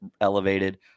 elevated